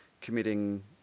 committing